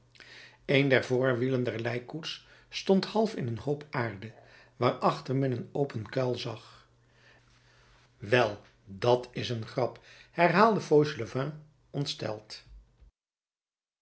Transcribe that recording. een der voorwielen der lijkkoets stond half in een hoop aarde waarachter men een open kuil zag wel dat is een grap herhaalde fauchelevent